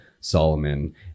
solomon